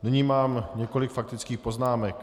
Nyní mám několik faktických poznámek.